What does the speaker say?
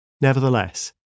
Nevertheless